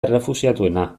errefuxiatuena